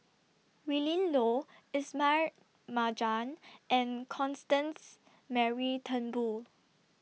Willin Low Ismail Marjan and Constance Mary Turnbull